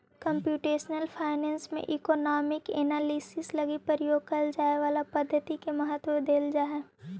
computational finance में economic analysis लगी प्रयोग कैल जाए वाला पद्धति के महत्व देल जा हई